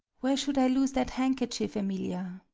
where should i lose that handkerchief, emilia?